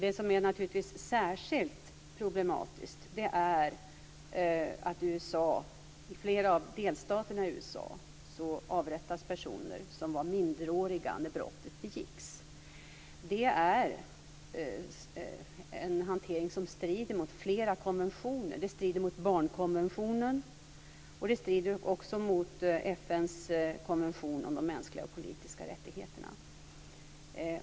Det som är särskilt problematiskt är att det i flera av delstaterna i USA avrättas personer som var minderåriga när brottet begicks. Det är en hantering som strider mot flera konventioner. Det strider mot barnkonventionen, och det strider också mot FN:s konvention om de mänskliga och politiska rättigheterna.